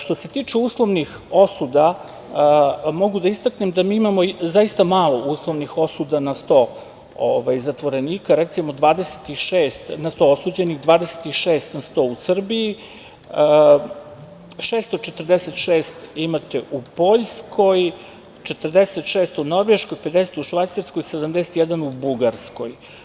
Što se tiče uslovnih osuda, mogu da istaknem da mi imamo zaista malo uslovnih osuda na 100 zatvorenika, recimo, 26 na 100 osuđenih, 26 na 100 u Srbiji, 646 imate u Poljskoj, 46 u Norveškoj, 50 u Švajcarskoj, 71 u Bugarskoj.